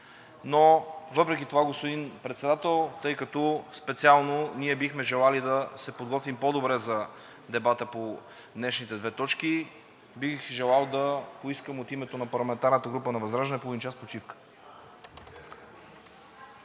Но въпреки това, господин Председател, тъй като специално ние бихме желали да се подготвим по-добре за дебата по днешните две точки, бих желал да поискам от името на парламентарната група на ВЪЗРАЖДАНЕ половин час почивка.